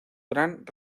gran